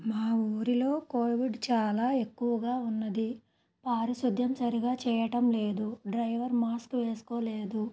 మా ఊరిలో కోవిడ్ చాలా ఎక్కువగా ఉన్నాది పారిశుధ్యం సరిగా చేయటం లేదు డ్రైవర్ మాస్క్ వేసుకోలేదు